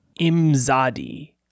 Imzadi